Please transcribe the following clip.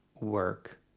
work